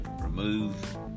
remove